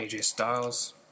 Styles